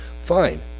Fine